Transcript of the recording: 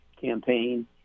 campaign